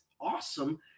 awesome